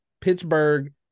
Pittsburgh